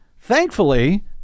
Thankfully